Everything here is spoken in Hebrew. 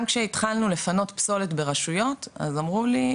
גם כשהתחלו לפנות פסולת ברשויות אז אמרו לי,